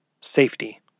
Safety